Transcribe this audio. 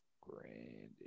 grand